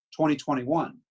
2021